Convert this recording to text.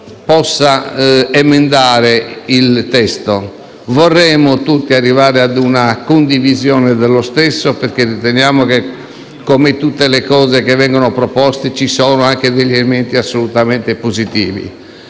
possa emendare il testo. Vorremmo tutti arrivare ad una condivisione dello stesso perché riteniamo che, come tutte le cose che vengono proposte, ci siano anche degli elementi assolutamente positivi.